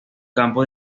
campo